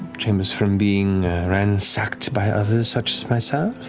chambers from being ransacked by others such as myself.